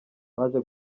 baje